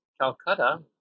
Calcutta